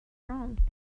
wrong